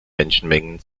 menschenmengen